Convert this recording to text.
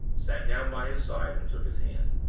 sat down by his side, and took his hand.